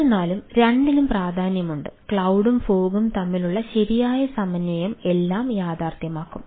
എന്നിരുന്നാലും രണ്ടിനും പ്രാധാന്യമുണ്ട് ക്ലൌഡും ഫോഗും തമ്മിലുള്ള ശരിയായ സമന്വയം എല്ലാം യാഥാർത്ഥ്യമാക്കും